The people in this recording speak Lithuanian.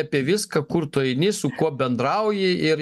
apie viską kur tu eini su kuo bendrauji ir